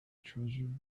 treasure